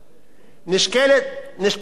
נשקלות הצעות